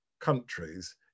countries